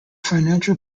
financial